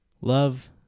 love